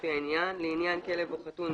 לפי העניין: (1)לעניין כלב או חתול,